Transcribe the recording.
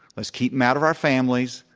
let's keep em out of our families.